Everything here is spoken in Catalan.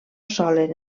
solen